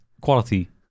Quality